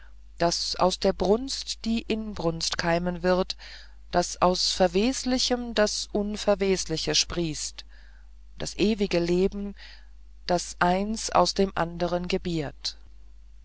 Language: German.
daß aus der brunst die inbrunst keimen wird daß aus verweslichem das unverwesliche sprießt das ewige leben das eins aus dem andern gebiert